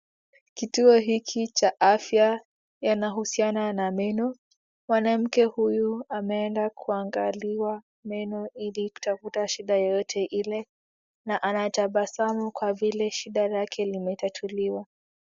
Kituo hiki cha afya yanahusiana na meno. Mwanamke huyu ameenda kuangaliwa meno ili kutafuta shida yeyote ile na anatabasamu kwa vile shida lake limetatuliwa.